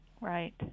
Right